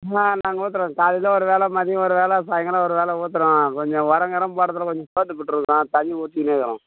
ஆ நாங்கள் ஊற்றுறோம் காலையில் ஒரு வேளை மதியம் ஒரு வேளை சாய்ங்காலம் ஒரு வேளை ஊற்றுறோம் கொஞ்சம் உரங்கிரம் போட்டதில் கொஞ்சம் சோர்ந்து தண்ணி ஊற்றுங்கின்னே இருக்கிறோம்